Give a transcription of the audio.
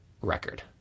record